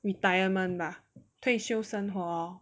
retirement 吧退休生活